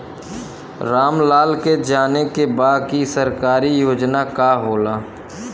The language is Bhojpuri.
राम लाल के जाने के बा की सरकारी योजना का होला?